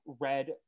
red